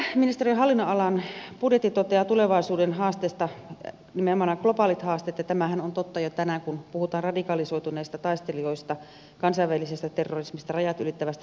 sisäministeriön hallinnonalan budjetti toteaa tulevaisuuden haasteista nimenomaan nämä globaalit haasteet ja tämähän on totta jo tänään kun puhutaan radikalisoituneista taistelijoista kansainvälisestä terrorismista rajat ylittävästä rikollisuudesta